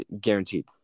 Guaranteed